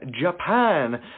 Japan